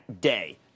day